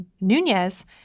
Nunez